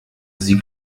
sie